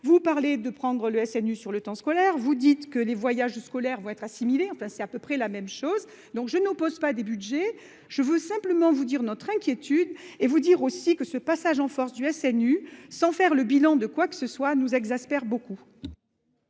Vous parlez de prendre le SNU sur le temps scolaire. Vous dites que les voyages scolaires vont être assimilés enfin c'est à peu près la même chose donc je n'oppose pas des Budgets. Je veux simplement vous dire notre inquiétude et vous dire aussi que ce passage en force du SNU sans faire le bilan de quoique ce soit nous exaspère beaucoup.